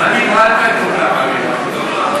ההצעה להעביר את הצעת חוק לקידום ולהגנת העיתונות הכתובה בישראל,